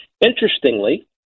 Interestingly